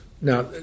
Now